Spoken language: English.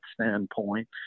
standpoint